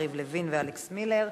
יריב לוין ואלכס מילר.